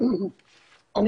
ואני